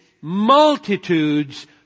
multitudes